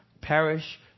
perish